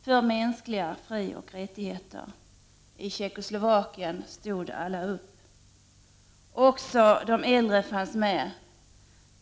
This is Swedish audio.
För mänskliga frioch rättigheter i Tjeckoslovakien stod alla upp. Också de äldre fanns med.